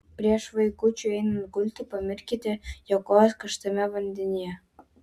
prieš vaikučiui einant gulti pamirkykite jo kojas karštame vandenyje